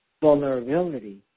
vulnerability